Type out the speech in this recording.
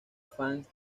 fanes